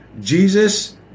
Jesus